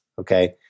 Okay